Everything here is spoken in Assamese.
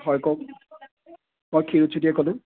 হয় কওক মই ক্ষীৰোদ শইকীয়াই ক'লোঁ